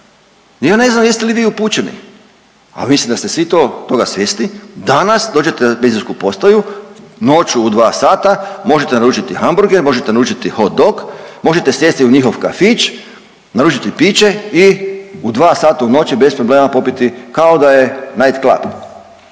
Ja ne znam jeste li vi upućeni, a mislim da ste svi to, toga svjesni, danas dođete na benzinsku postaju noću u 2 sata, možete naručiti hamburger, možete naručiti hod dog, možete sjesti u njihov kafić, naručiti piće i u 2 sata u noći bez problema popiti kao da je Night club.